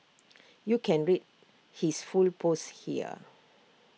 you can read his full post here